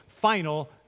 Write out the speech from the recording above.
final